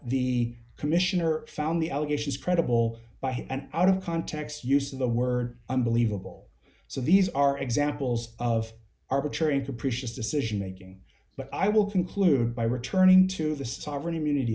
the commissioner found the allegations credible by him and out of context use of the word unbelievable so these are examples of arbitrary capricious decision making but i will conclude by returning to the sovereign immunity